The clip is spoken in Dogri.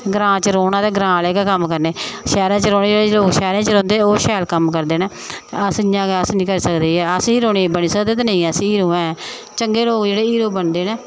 ग्रां च रौह्ना ते ग्रां आह्ले गे कम्म करने शैह्रै च रौहन्ने आह्ले लोक शैह्र च रौंह्दे ओह् शैल कम्म करदे न अस इ'यां गै अस निं करी सकदे अस हीरो नेईं बनी सकदे ते नेईं अस हीरो ऐ चंगे लोक जेह्ड़े हीरो बनदे न